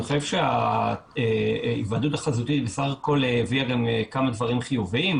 אני חושב שההיוועדות החזותית בסך הכול הביאה גם כמה דברים חיוביים.